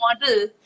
model